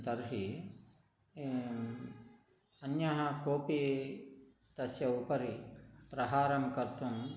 तर्हि ए अन्यः कोपि तस्य उपरि प्रहारं कर्तुम्